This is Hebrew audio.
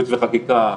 ייעוץ וחקיקה,